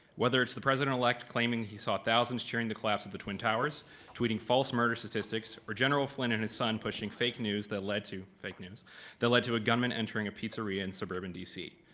whether it's the president-elect claiming he saw thousands cheering the collapse of the twin towers tweeting false murder statistics or general flynn and his son pushing fake news that led to fake news that led to a gunman entering a pizzeria in suburban dc.